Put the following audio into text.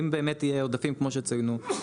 אם באמת יהיו עודפים כמו שהצגנו,